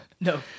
No